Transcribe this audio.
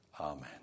Amen